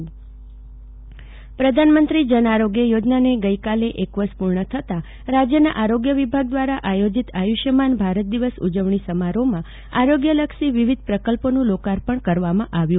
જાગૃતિ વકીલ આચુષ્યમાન જન આરોગ્ય ચોજના પ્રધાનમંત્રી જન આરોગ્ય યોજનાન ગઇકાલે એક વર્ષ પૂર્ણ થતા રાજ્યના આરોગ્ય વિભાગ દ્વારા આયોજીત આયુષ્માન ભારત દિવસ ઉજવજી સમારોહમાં આરોગ્યલક્ષી વિવિધ પ્રકલ્પોનું લોકાર્પજ્ઞ કરવામાં આવ્યું